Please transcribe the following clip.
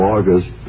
August